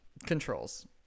Controls